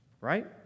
Right